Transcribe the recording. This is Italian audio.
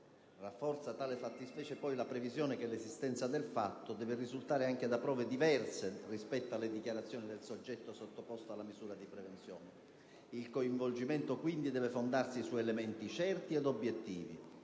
Rafforza tale fattispecie, poi, la previsione che l'esistenza del fatto deve risultare anche da prove diverse rispetto alle dichiarazioni del soggetto sottoposto alla misura di prevenzione. Il coinvolgimento, quindi, deve fondarsi su elementi certi ed obiettivi